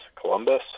Columbus